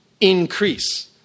increase